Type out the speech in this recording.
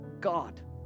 God